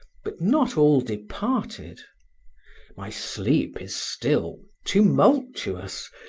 but not all departed my sleep is still tumultuous,